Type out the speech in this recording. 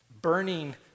burning